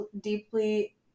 deeply